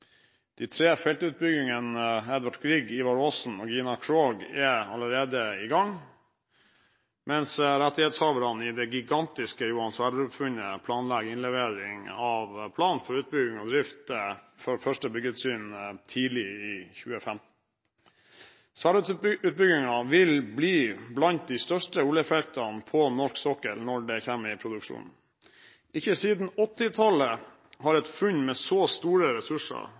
de tre feltene Edvard Grieg, Ivar Aasen og Gina Krog er allerede i gang, mens rettighetshaverne i det gigantiske Johan Sverdrup-funnet planlegger innlevering av plan for utbygging og drift for første byggetrinn tidlig i 2015. Johan Sverdrup-utbyggingen vil bli blant de største oljefeltene på norsk sokkel når det kommer i produksjon. Ikke siden 1980-tallet har et funn med så store ressurser